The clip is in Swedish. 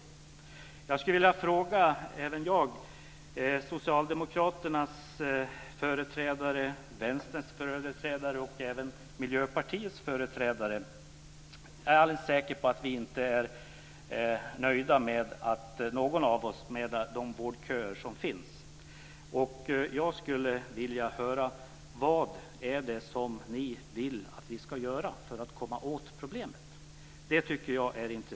Även jag skulle vilja ställa en fråga till Socialdemokraternas, Vänsterns och även Miljöpartiets företrädare. Jag är säker på att inte någon av oss är nöjda med de vårdköer som finns. Jag skulle vilja höra vad det är ni vill att vi ska göra för att komma åt problemet. Det vore intressant att höra.